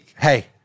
Hey